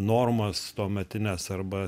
normos tuometinės arba